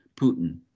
Putin